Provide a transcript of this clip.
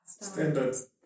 Standards